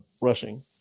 rushing